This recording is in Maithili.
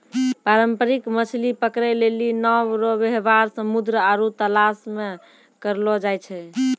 पारंपरिक मछली पकड़ै लेली नांव रो वेवहार समुन्द्र आरु तालाश मे करलो जाय छै